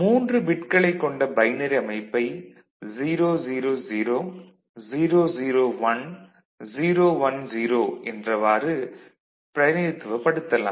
3 பிட்களை கொண்ட பைனரி அமைப்பை 000 001 010 என்றவாறு பிரதிநிதித்துவப்படுத்தலாம்